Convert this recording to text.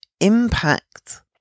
impact